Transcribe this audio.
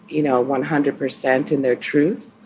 you know, one hundred percent in their truth.